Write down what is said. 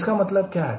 इसका मतलब क्या है